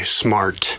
smart